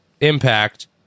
Impact